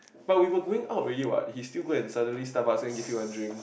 but we were going out already what he still go and suddenly stomach then give you one drink